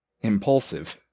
Impulsive